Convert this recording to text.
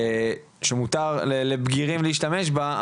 שמותר לבגירים להשתמש בה,